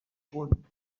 punt